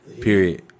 Period